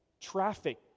traffic